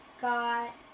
got